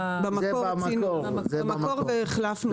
במקור רצינו והחלפנו את זה.